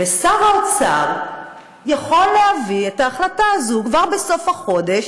ושר האוצר יכול להביא את ההחלטה הזאת כבר בסוף החודש,